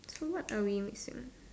so what are we missing